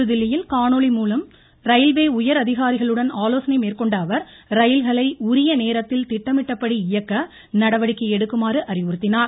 புதுதில்லியில் காணொளி காட்சிமூலம் ரயில்வே உயரதிகாரிகளுடன் ஆலோசனை மேற்கொண்ட அவர் ரயில்களை உரிய நேரத்தில் திட்டமிட்டபடி இயக்க நடவடிக்கை எடுக்குமாறு அறிவுறுத்தினார்